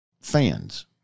Fans